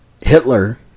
Hitler